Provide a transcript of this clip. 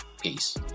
Peace